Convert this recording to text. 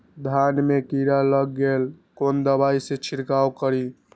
धान में कीरा लाग गेलेय कोन दवाई से छीरकाउ करी?